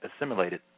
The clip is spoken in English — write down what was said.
assimilated